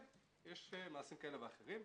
כן, יש מעשים כאלה ואחרים.